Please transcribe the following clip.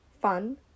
fun